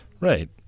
Right